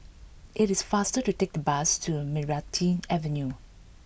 it is faster to take the bus to Meranti Avenue